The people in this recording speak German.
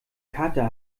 kater